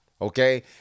Okay